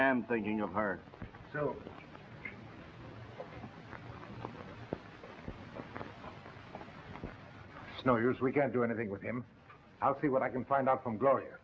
am thinking of her so no yours we can't do anything with him i'll see what i can find out from gloria